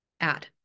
add